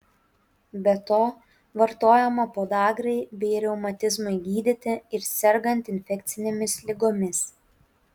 be to vartojama podagrai bei reumatizmui gydyti ir sergant infekcinėmis ligomis